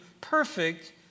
perfect